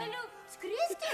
galiu skristi